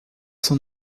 son